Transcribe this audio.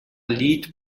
lied